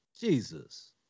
Jesus